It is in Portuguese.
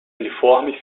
uniforme